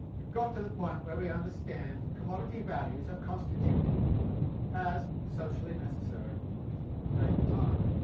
we've got to the point where we understand commodity values are constituted as socially necessary labour-time.